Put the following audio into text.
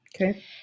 Okay